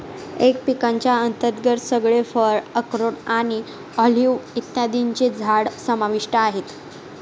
M पिकांच्या अंतर्गत सगळे फळ, अक्रोड आणि ऑलिव्ह इत्यादींची झाडं समाविष्ट आहेत